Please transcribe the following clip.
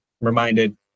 reminded